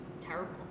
terrible